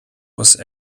was